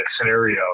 scenario